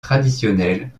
traditionnelles